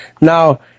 Now